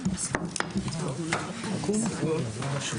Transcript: נעולה.